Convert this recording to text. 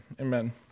Amen